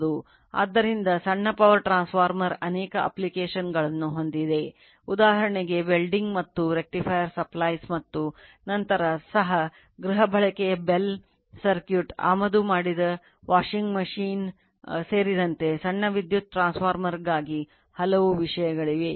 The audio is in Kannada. ಆದ್ದರಿಂದ ಸಣ್ಣ power transformer ಸೇರಿದಂತೆ ಸಣ್ಣ ವಿದ್ಯುತ್ ಟ್ರಾನ್ಸ್ಫಾರ್ಮರ್ಗಾಗಿ ಹಲವು ವಿಷಯಗಳಿವೆ